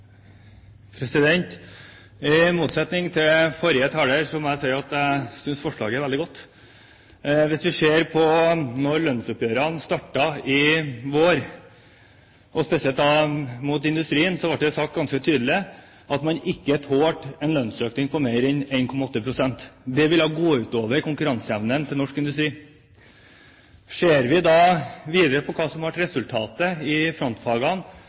må jeg si at jeg synes at forslaget er veldig godt. Da lønnsoppgjørene startet i vår – og spesielt mot industrien – ble det sagt ganske tydelig at man ikke tålte en lønnsøkning på mer enn 1,8 pst., det ville gå ut over konkurranseevnen til norsk industri. Ser vi videre på hva som ble resultatet i frontfagene,